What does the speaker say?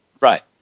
Right